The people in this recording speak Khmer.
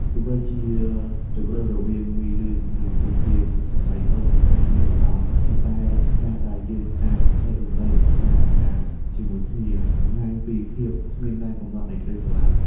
ទោះបីជាជម្រើសរវាង មីលឿង ឬ គុយទាវសរសៃតូច ខុសគ្នាក៏ដោយ ប៉ុន្តែការដែលយើងអាចចែករំលែកចានអាហារជាមួយគ្នា បង្ហាញពីភាពគ្មានដែនកំណត់នៃក្តីស្រឡាញ់។